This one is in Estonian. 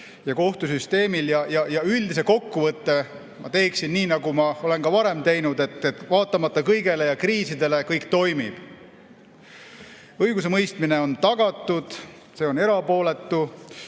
ja kohtusüsteemil. Üldise kokkuvõtte ma teeksin nii, nagu ma olen ka varem teinud, et vaatamata kõigele ja kriisidele kõik toimib. Õigusemõistmine on tagatud, see on erapooletu,